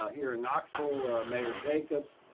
ah here in knoxville mayor jacobs.